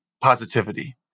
positivity